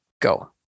Go